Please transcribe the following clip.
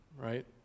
Right